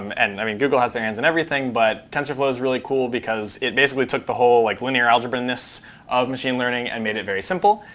um and i mean google has their hands in everything, but tensorflow is really cool because it basically took the whole like linear algebra-ness of machine learning and made it very simple.